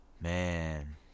Man